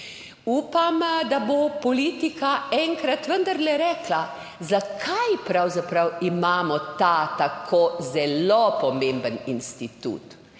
Upam, da bo politika enkrat vendarle rekla, zakaj pravzaprav imamo ta tako zelo pomemben institut.